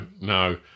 no